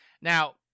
Now